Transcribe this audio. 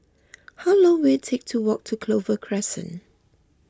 how long will it take to walk to Clover Crescent